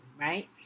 right